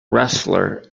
wrestler